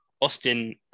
Austin